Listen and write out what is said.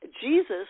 Jesus